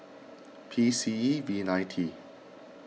P C E V nine T